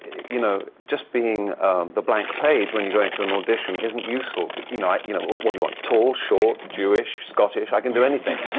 you know, just being the blank page when you go into an audition isn't useful. but you know you know, what what do you want? tall, short, jewish, scottish? i can do anything.